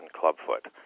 clubfoot